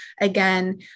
again